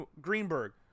Greenberg